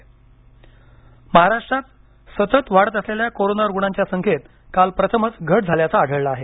Maharashtra corona महाराष्ट्रात सतत वाढत असलेल्या कोरोना रुग्णांच्या संख्येत काल प्रथमच घट झाल्याचं आढळलं आहे